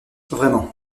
vraiment